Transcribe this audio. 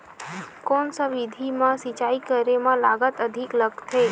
कोन सा विधि म सिंचाई करे म लागत अधिक लगथे?